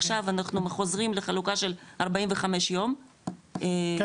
עכשיו אנחנו חוזרים לחלוקה של 45 יום נכון?